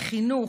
לחינוך,